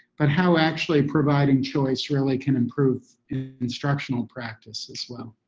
but how actually providing choice really can improve instructional practice as well.